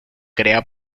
crea